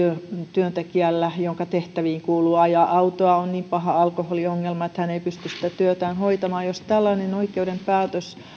työntekijällä jonka tehtäviin kuuluu ajaa autoa on niin paha alkoholiongelma että hän ei pysty sitä työtään hoitamaan jos tällainen oikeuden päätös